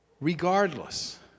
regardless